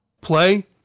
play